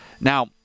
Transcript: Now